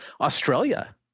Australia